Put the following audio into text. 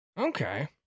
Okay